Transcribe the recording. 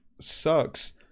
sucks